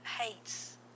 hates